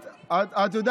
לא, אתה אומר: